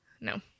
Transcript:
No